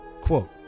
Quote